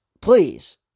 please